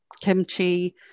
kimchi